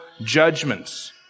judgments